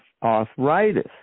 arthritis